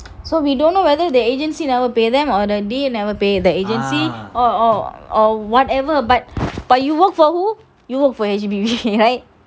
so we don't know whether the agency never pay them or the they never pay the agency or or or whatever but but you work for who you will for H_P_B right